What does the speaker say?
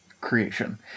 creation